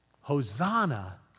Hosanna